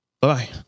Bye